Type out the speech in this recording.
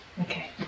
Okay